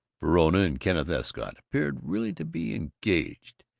verona and kenneth escott appeared really to be engaged.